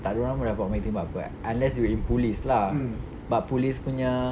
tak ada orang dapat main tembak apa unless you're in police lah but police punya